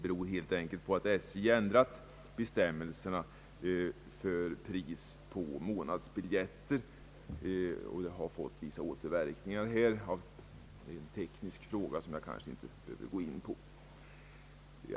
SJ har ändrat bestämmelserna när det gäller månadsbiljetter, och det har fått vissa återverkningar, men det är en teknisk fråga som jag nu inte behöver gå in på.